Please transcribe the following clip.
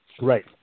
Right